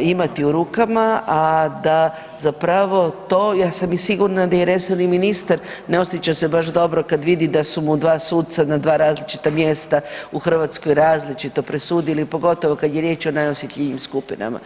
imati u rukama a da zapravo to, ja sam i sigurna da i resorni ministar ne osjeća se baš dobro kad vidi da su mu dva suca na dva različita mjesta u Hrvatskoj različito presudili pogotovo kad je riječ o najosjetljivijim skupinama.